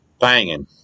banging